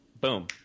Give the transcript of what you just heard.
Boom